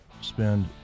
spend